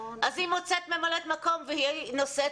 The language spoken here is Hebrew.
אז היא מוצאת ממלאת מקום והיא נושאת